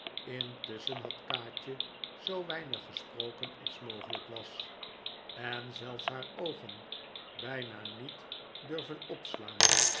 intusschen had kaatje zoo weinig gesproken als mogelijk was en zelfs haar oogen bijna niet durven opslaan